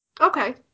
Okay